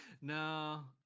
No